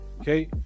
okay